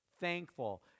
thankful